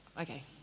Okay